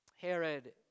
Herod